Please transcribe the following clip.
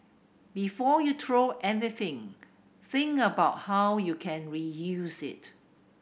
before you throw anything think about how you can reuse it